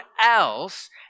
else